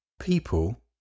People